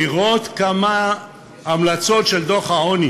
לראות כמה המלצות של דוח העוני